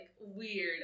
weird